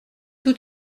tout